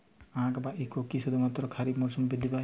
আখ বা ইক্ষু কি শুধুমাত্র খারিফ মরসুমেই বৃদ্ধি পায়?